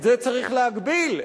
את זה צריך להגביל,